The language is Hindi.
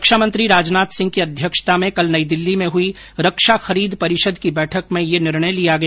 रक्षा मंत्री राजनाथ सिंह की अध्यक्षता में कल नई दिल्ली में हुई रक्षा खरीद परिषद की बैठक में यह निर्णय लिया गया